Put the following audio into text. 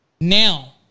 now